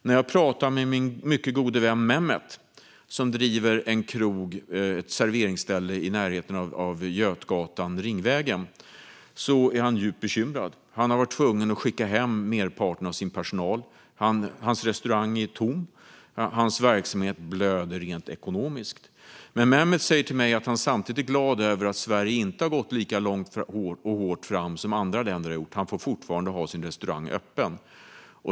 När jag pratar med min mycket gode vän Mehmet, som driver ett serveringsställe i närheten av Götgatan och Ringvägen, är han djupt bekymrad. Han har varit tvungen att skicka hem merparten av sin personal. Hans restaurang är tom. Hans verksamhet blöder, rent ekonomiskt. Men Mehmet säger till mig att han samtidigt är glad över att Sverige inte har gått lika hårt fram som andra länder har gjort. Han får fortfarande ha sin restaurang öppen.